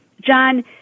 John